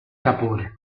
sapore